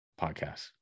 podcasts